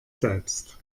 selbst